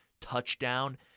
touchdown